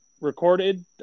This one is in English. recorded